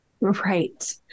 Right